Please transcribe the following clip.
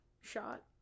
shot